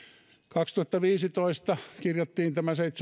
kaksituhattaviisitoista kirjattiin tämä